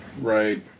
Right